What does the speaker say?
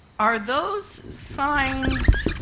are those signs